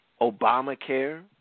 Obamacare